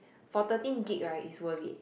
for thirteen gig right it's worth it